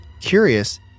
curious